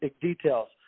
details